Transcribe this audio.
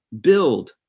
build